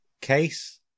case